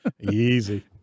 Easy